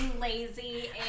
lazy